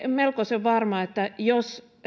melkoisen varma että jos